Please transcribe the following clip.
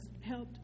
helped